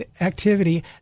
activity